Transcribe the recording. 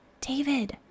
David